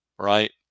right